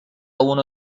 uno